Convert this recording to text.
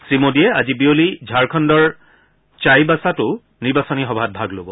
শ্ৰী মোডীয়ে আজি বিয়লি ঝাৰখণ্ডৰ চাইবাছাটো নিৰ্বাচনী সভাতো ভাগ ল'ব